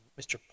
Mr